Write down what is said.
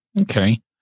Okay